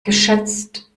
geschätzt